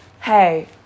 Hey